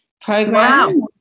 program